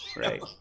right